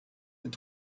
est